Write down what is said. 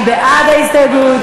מי בעד ההסתייגות?